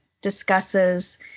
discusses